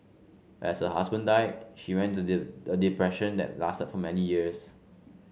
as her husband died she went to a depression that lasted for many years